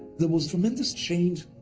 there was tremendous change,